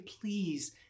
Please